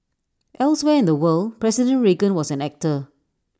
elsewhere in the world president Reagan was an actor